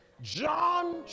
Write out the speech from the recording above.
John